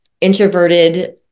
introverted